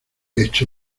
hecho